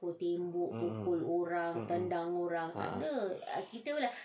uh ah